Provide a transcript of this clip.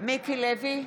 מיקי לוי,